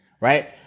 Right